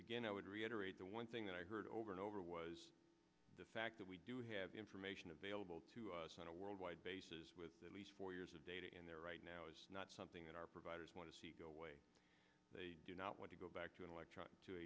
again i would reiterate the one thing that i heard over and over was the fact that we do have information available to us on a worldwide basis with four years of data in there right now is not something that our providers want to see go away they do not want to go back to an elect